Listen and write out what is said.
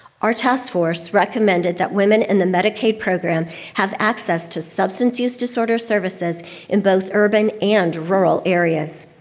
our task force recommended that women in the medicaid program have access to substance use disorder services in both urban and rural areas.